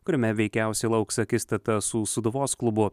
kuriame veikiausiai lauks akistata su sūduvos klubu